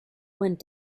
went